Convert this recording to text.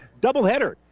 doubleheader